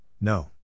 no